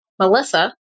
Melissa